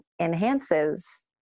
enhances